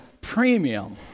premium